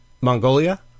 Mongolia